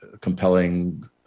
compelling